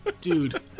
Dude